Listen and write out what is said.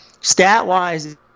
stat-wise